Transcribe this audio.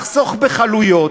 לחסוך בעלויות,